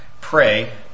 pray